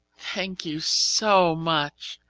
thank you so much!